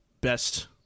best